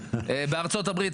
בארצות הברית,